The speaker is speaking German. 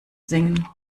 singen